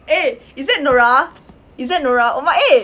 eh is that nora is that nora oh my eh